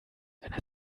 einer